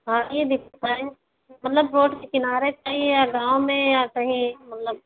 आइए दिखाएंगे मलब रोड के किनारे चाहिए या गाँव में या कहीं मतलब